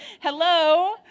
hello